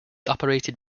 operated